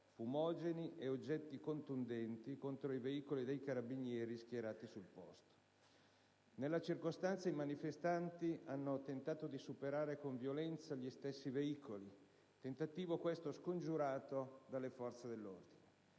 fumogeni ed oggetti contundenti contro i veicoli dei carabinieri schierati sul posto. Nella circostanza, i manifestanti hanno tentato di superare con violenza gli stessi veicoli, tentativo questo scongiurato dalle forze dell'ordine.